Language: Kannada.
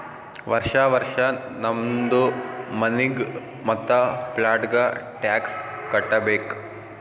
ವರ್ಷಾ ವರ್ಷಾ ನಮ್ದು ಮನಿಗ್ ಮತ್ತ ಪ್ಲಾಟ್ಗ ಟ್ಯಾಕ್ಸ್ ಕಟ್ಟಬೇಕ್